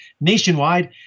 nationwide